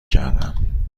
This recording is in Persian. کردم